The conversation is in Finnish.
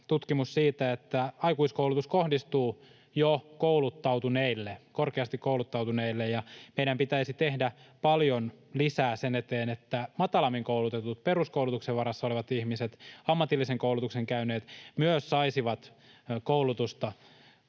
tutkimus siitä, että aikuiskoulutus kohdistuu jo kouluttautuneille, korkeasti kouluttautuneille, ja meidän pitäisi tehdä paljon lisää sen eteen, että matalammin koulutetut, peruskoulutuksen varassa olevat ihmiset ja ammatillisen koulutuksen käyneet myös saisivat koulutusta